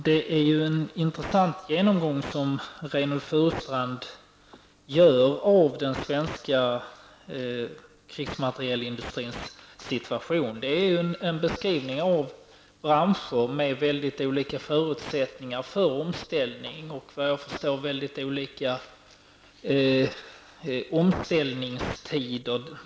Herr talman! Det är en intressant genomgång som Reynoldh Furustrand gör av den svenska krigsmaterielindustrins situation. Det är en beskrivning av branscher med väldigt olika förutsättningar för omställning och, såvitt jag förstår, mycket olika omställningstid.